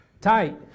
tight